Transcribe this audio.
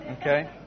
okay